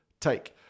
take